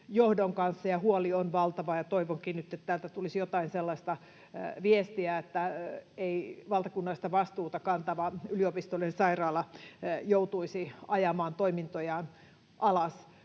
johdon kanssa, ja huoli on valtava. Toivonkin nyt, että täältä tulisi jotain sellaista viestiä, että ei valtakunnallista vastuuta kantava yliopistollinen sairaala joutuisi ajamaan toimintojaan alas.